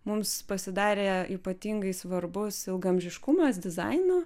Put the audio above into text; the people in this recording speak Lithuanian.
mums pasidarė ypatingai svarbus ilgaamžiškumas dizaino